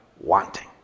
wanting